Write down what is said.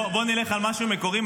בואו נלך על משהו מקורי,